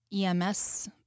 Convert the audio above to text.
EMS